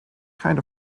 kind